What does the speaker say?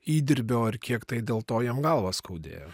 įdirbio ir kiek tai dėl to jiem galvą skaudėjo